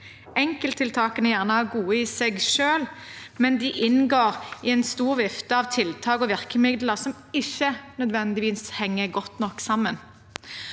Enkelttiltakene er gjerne gode i seg selv, men de inngår i en stor vifte av tiltak og virkemidler som ikke nødvendigvis henger godt nok sammen.